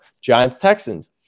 Giants-Texans